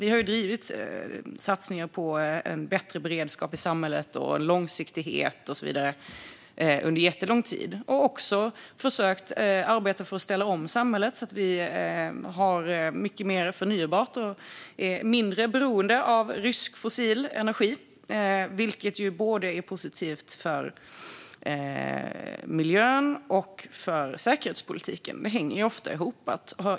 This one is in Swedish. Vi har drivit satsningar på en bättre beredskap i samhället, långsiktighet och så vidare under jättelång tid. Vi har också försökt arbeta för att ställa om samhället så att vi har mycket mer förnybart och är mindre beroende av rysk fossil energi, vilket är positivt för både miljön och säkerhetspolitiken. Det hänger ofta ihop.